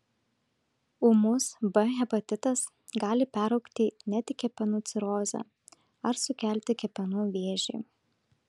ūmus b hepatitas gali peraugti net į kepenų cirozę ar sukelti kepenų vėžį